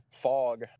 fog